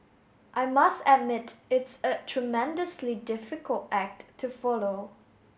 I must admit it's a tremendously difficult act to follow